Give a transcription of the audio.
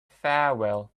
farewell